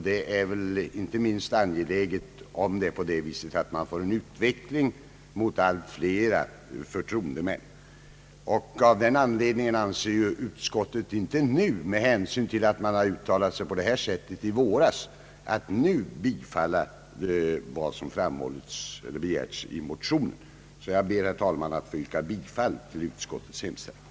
Detta är väl angeläget inte minst om utvecklingen går mot att allt fler förtroendemän får heltidsengagemang i kommunen. Med anledning av det uttalande som riksdagen gjorde i våras anser sig utskottet inte nu böra tillstyrka vad som föreslås i motionerna, och jag ber, herr talman, att få yrka bifall till utskottets hemställan.